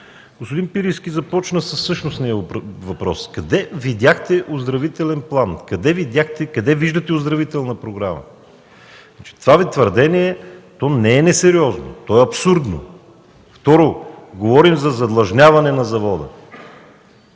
господин Пирински започна със същностния въпрос: къде видяхте оздравителен план? Къде виждате оздравителна програма? Това Ви твърдение не е несериозно, то е абсурдно. Второ, говорим за задлъжняване на завода.